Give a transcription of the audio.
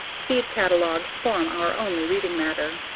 seed catalogues form our only reading matter.